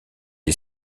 est